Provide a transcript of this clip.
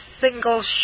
single